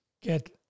get